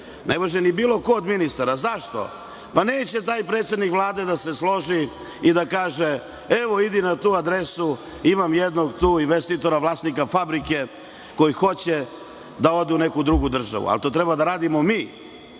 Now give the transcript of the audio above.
ne može ni bilo ko od ministara. Zašto? Neće taj predsednik Vlade da se složi i da kaže – idi na tu adresu, imam tu jednog investitora, vlasnika fabrike koji hoće da ode u neku drugu državu. To treba da radimo mi. Vi